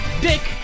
Dick